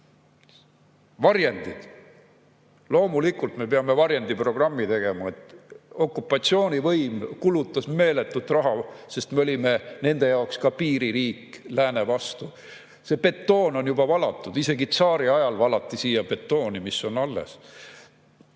Varjendid – loomulikult me peame varjendiprogrammi tegema. Okupatsioonivõim kulutas meeletut raha, sest me olime nende jaoks ka piiririik lääne vastu. Betoon on juba valatud, isegi tsaariajal valati siia betooni, mis on alles